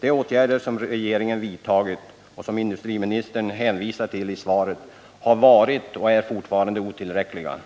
De åtgärder som regeringen har vidtagit och som industriministern hänvisar till i svaret. har varit och är fortfarande otillräckliga.